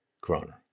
kroner